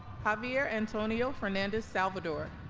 javier antonio fernandez-salvador